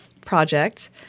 project